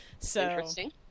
Interesting